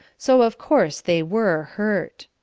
so of course they were hurt.